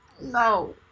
No